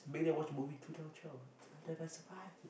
make them watch the movie two thousand twelve tell them I survived this